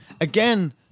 again